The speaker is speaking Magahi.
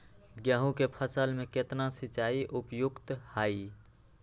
गेंहू के फसल में केतना सिंचाई उपयुक्त हाइ?